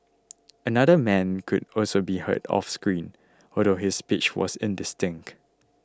another man could also be heard off screen although his speech was indistinct